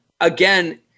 again